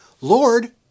Lord